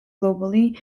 globally